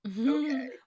Okay